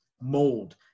mold